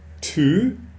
two